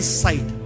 sight